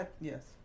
Yes